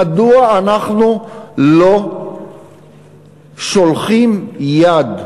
מדוע אנחנו לא שולחים יד,